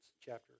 chapter